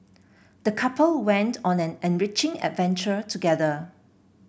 the couple went on an enriching adventure together